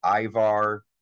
Ivar